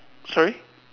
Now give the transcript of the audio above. sorry